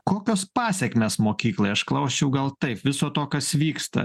kokios pasekmės mokyklai aš klausčiau gal taip viso to kas vyksta